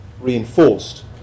reinforced